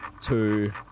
two